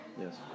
Yes